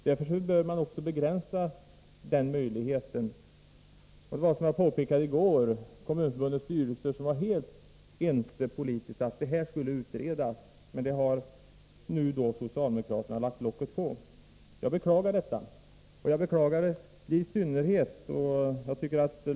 Möjligheterna därvidlag bör begränsas. Såsom jag påpekade i går var Kommunförbundets styrelse helt enig om att detta skall utredas, men socialdemokraterna har nu lagt locket på. Jag beklagar detta.